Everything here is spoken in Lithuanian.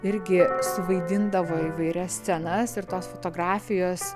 irgi suvaidindavo įvairias scenas ir tos fotografijos